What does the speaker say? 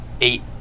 Eight